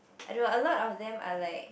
I don't know a lot of them are like